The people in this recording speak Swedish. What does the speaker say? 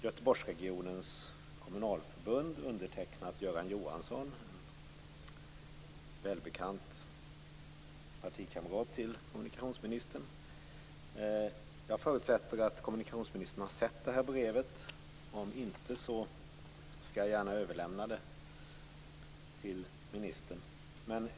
Göteborgsregionens kommunalförbund har skrivit ett brev undertecknat av Göran Johansson, en välbekant partikamrat till kommunikationsministern. Jag förutsätter att kommunikationsministern har sett detta brev; om inte skall jag gärna överlämna det till ministern.